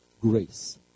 grace